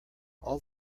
all